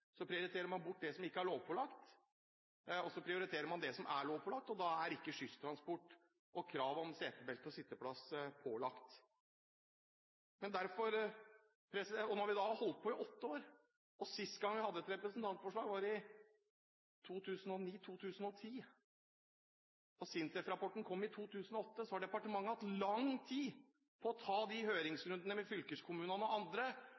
Så prioriterer man det som er lovpålagt, og da er ikke skolebusstransport prioritert og krav om setebelte og sitteplass pålagt. Når vi da har holdt på i åtte år – siste gang vi hadde dette oppe, var i forbindelse med et representantforslag i 2009–2010, og SINTEF-rapporten kom i 2008 – har departementet hatt lang tid på å ta de høringsrundene med fylkeskommunene og andre,